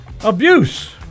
abuse